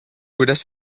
kuidas